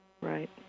Right